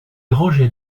rangeait